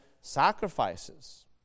sacrifices